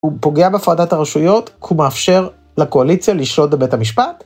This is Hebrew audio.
‫הוא פוגע בהפרדת הרשויות? ‫הוא מאפשר לקואליציה לשלוט בבית המשפט?